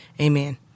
amen